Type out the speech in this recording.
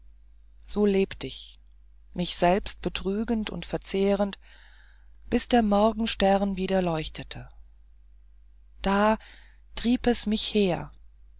so lebt ich mich selbst betrügend und verzehrend bis der morgenstern wieder leuchtete da trieb es mich her